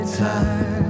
time